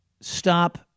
stop